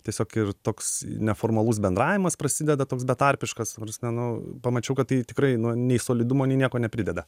tiesiog ir toks neformalus bendravimas prasideda toks betarpiškas ta prasme nu pamačiau kad tai tikrai na nei solidumo nei nieko neprideda